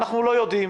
אנחנו לא יודעים.